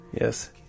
Yes